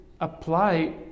apply